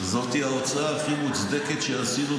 זאת ההוצאה הכי מוצדקת שעשינו,